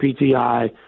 PTI –